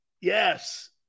Yes